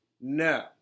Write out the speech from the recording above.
No